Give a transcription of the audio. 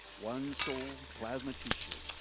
one soul plasma t-shirt.